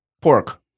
Pork